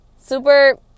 super